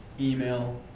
email